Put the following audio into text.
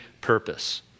purpose